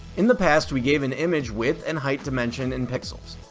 in the past we gave an image width and height dimensions in pixels.